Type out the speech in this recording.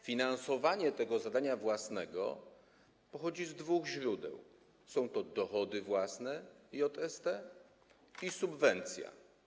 Finansowanie tego zadania własnego pochodzi z dwóch źródeł: są to dochody własne JST i subwencja.